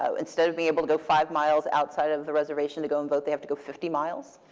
um instead of being able to go five miles outside of the reservation to go and vote, they have to go fifty miles.